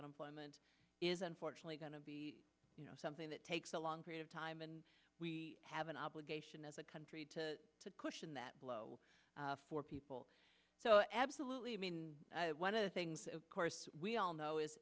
unemployment is unfortunately going to be you know something that takes a long period of time and we have an obligation as a country to to cushion that blow for people so absolutely i mean one of the things of course we all know is